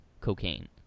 cocaine